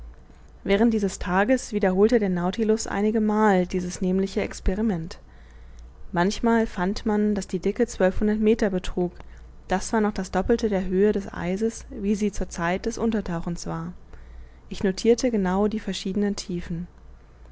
während dieses tages wiederholte der nautilus einige mal dieses nämliche experiment manchmal fand man daß die dicke zwölfhundert meter betrug das war noch das doppelte der höhe des eises wie sie zur zeit des untertauchens war ich notirte genau die verschiedenen tiefen